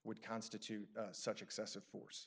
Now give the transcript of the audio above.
would constitute such excessive force